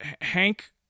Hank